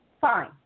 fine